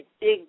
big